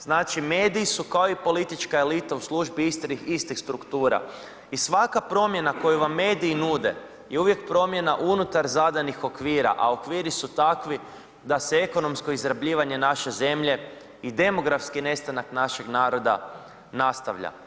Znači mediji su kao i politička elita u službi istih struktura i svaka promjena koju vam mediji nude je uvijek promjena unutar zadanih okvira, a okviri su takvi da se ekonomsko izrabljivanje naše zemlje i demografski nestanak našeg naroda nastavlja.